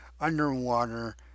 underwater